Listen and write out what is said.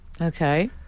Okay